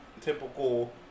typical